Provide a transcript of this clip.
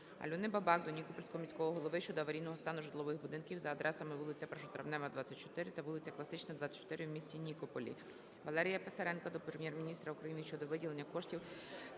Альони Бабак до Нікопольського міського голови щодо аварійного стану житлових будинків за адресами вулиця Першотравнева, 24 та вулиця Класична, 24 в місті Нікополі. Валерія Писаренка до Прем'єр-міністра України щодо виділення коштів